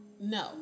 no